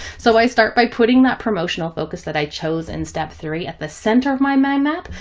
so i start by putting that promotional focus that i chose in step three at the center of my mind map,